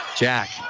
Jack